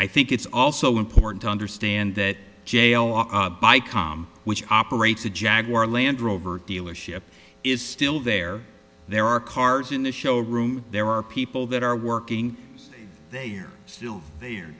i think it's also important to understand that by com which operates a jaguar land rover dealership is still there there are cars in the showroom there are people that are working they are still there